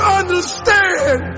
understand